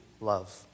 love